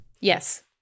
Yes